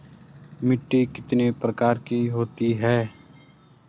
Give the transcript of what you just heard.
मिट्टी कितने प्रकार की होती है?